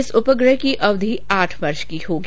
इस उपग्रह की अवधि आठ वर्ष की होगी